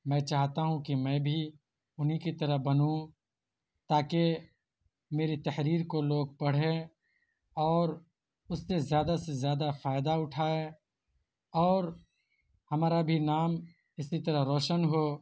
میں چاہتا ہوں کہ میں بھی انہیں کی طرح بنوں تاکہ میری تحریر کو لوگ پڑھیں اور اس سے زیادہ سے زیادہ فائدہ اٹھائیں اور ہمارا بھی نام اسی طرح روشن ہو